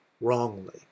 Wrongly